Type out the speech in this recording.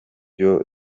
byo